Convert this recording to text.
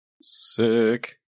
Sick